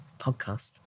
podcast